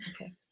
Okay